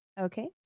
Okay